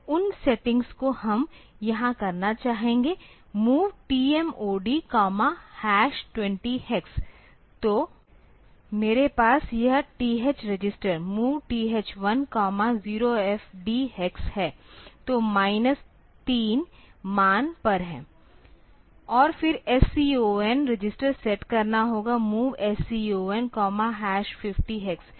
तो उन सेटिंग्स को हम यहां करना चाहेंगे MOV TMOD 20 हेक्स तो मेरे पास यह TH register MOV TH10FD hex है जो माइनस 3 मान पर है और फिर SCON रजिस्टर सेट करना होगा MOV SCON 50 हेक्स